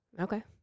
Okay